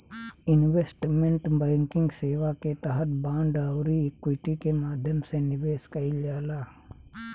investment banking सेवा के तहत बांड आउरी इक्विटी के माध्यम से निवेश कईल जाला